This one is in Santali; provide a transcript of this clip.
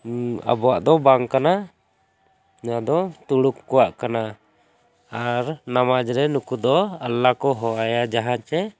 ᱟᱵᱚᱣᱟᱜ ᱫᱚ ᱵᱟᱝ ᱠᱟᱱᱟ ᱱᱚᱣᱟ ᱫᱚ ᱛᱩᱲᱩᱠ ᱠᱚᱣᱟᱜ ᱠᱟᱱᱟ ᱟᱨ ᱱᱟᱢᱟᱡᱽ ᱨᱮ ᱱᱩᱠᱩ ᱫᱚ ᱟᱞᱞᱟ ᱠᱚ ᱦᱚᱦᱚᱣᱟᱭᱟ ᱡᱟᱦᱟᱸᱭ ᱪᱮ